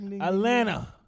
Atlanta